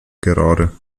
gerade